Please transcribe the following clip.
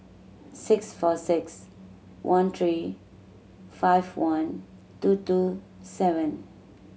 six four six one three five one two two seven